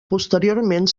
posteriorment